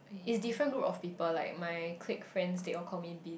it's different group of people like my clique friends they all call me Vin